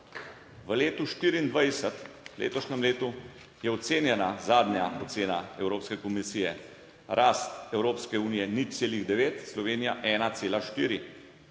v letu 2024, v letošnjem letu, je ocenjena zadnja ocena Evropske komisije, rast Evropske unije 0,9, Slovenija 1,4.